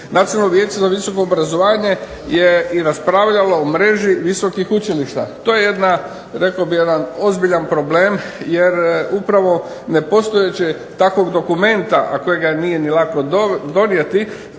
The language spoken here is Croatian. Nacionalno vijeće za visoko obrazovanje je i raspravljalo o mreži visokih učilišta. To je jedna, rekao bih jedan ozbiljan problem jer upravo nepostojeće takvog dokumenta, a kojega nije ni lako donijeti